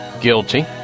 guilty